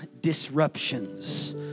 Disruptions